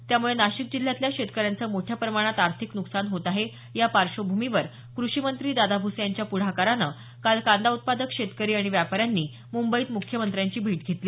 त्यामुळे नाशिक जिल्ह्यातल्या शेतकऱ्यांचं मोठ्या प्रमाणात आर्थिक नुकसान होत आहे त्या पार्श्वभूमीवर क्रषी मंत्री दादा भूसे यांच्या पुढाकाराने काल कांदा उत्पादक शेतकरी आणि व्यापाऱ्यांनी मुंबईत मुख्यमंत्र्यांची भेट घेतली